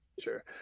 sure